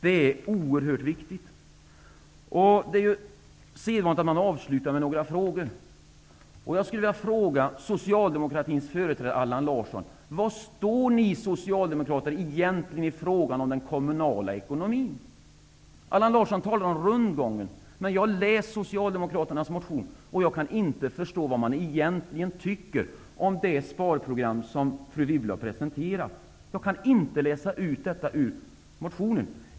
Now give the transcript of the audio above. Det är sedvanligt att avsluta med några frågor. Jag vill fråga Socialdemokraternas företrädare Allan Larsson var ni socialdemokrater egentligen står i frågan om den kommunala ekonomin. Allan Larsson talar om rundgången, men jag har läst Socialdemokraternas motion och jag kan inte förstå vad man egentligen tycker om det sparprogram som fru Wibble har presenterat. Jag kan inte läsa ut detta ur motionen.